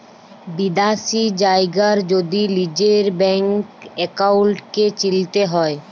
বিদ্যাশি জায়গার যদি লিজের ব্যাংক একাউল্টকে চিলতে হ্যয়